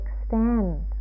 extend